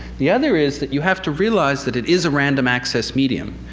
the other is that you have to realize that it is a random access medium,